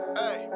hey